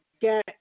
get